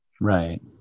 Right